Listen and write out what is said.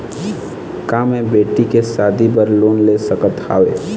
का मैं बेटी के शादी बर लोन ले सकत हावे?